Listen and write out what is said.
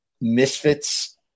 Misfits